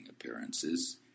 appearances